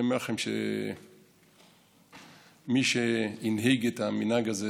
אני אומר לכם שמי שהנהיג את המנהג הזה